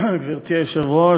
היושבת-ראש,